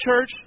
church